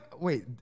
wait